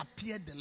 appeared